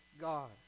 God